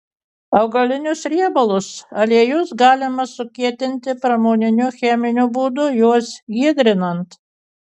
augalinius riebalus aliejus galima sukietinti pramoniniu cheminiu būdu juos hidrinant